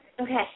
Okay